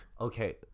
Okay